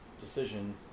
decision